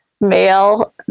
male